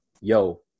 yo